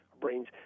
brains